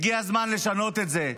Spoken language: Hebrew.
הגיע הזמן לשנות את זה.